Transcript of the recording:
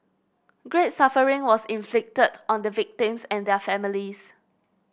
great suffering was inflicted on the victims and their families